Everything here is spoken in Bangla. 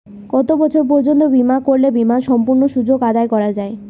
কত বছর পর্যন্ত বিমা করলে বিমার সম্পূর্ণ সুযোগ আদায় করা য়ায়?